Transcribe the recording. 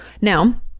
Now